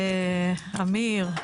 אמיר;